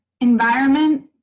environment